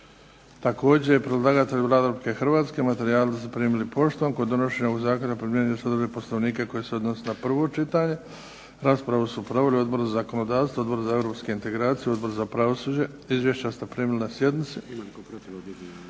Također je predlagatelj Vlada Republike Hrvatske. Materijale ste primili poštom. Kod donošenja ovog zakona primjenjuju se odredbe Poslovnika koje se odnose na prvo čitanje. Raspravu su proveli Odbor za zakonodavstvo, Odbor za europske integracije, Odbor za pravosuđe. Izvješća ste primili na sjednici.